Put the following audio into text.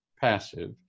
passive